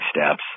steps